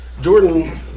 Jordan